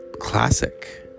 classic